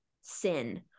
sin